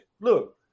look